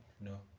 No